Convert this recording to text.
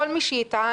כל מי שיטען,